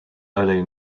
ole